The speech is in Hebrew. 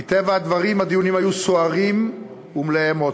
מטבע הדברים, הדיונים היו סוערים ומלאי אמוציות.